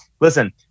Listen